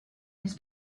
his